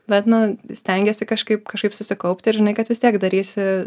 bet nu stengiesi kažkaip kažkaip susikaupti ir žinai kad vis tiek darysi